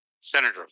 Senator